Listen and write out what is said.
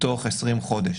תוך 20 חודש.